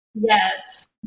Yes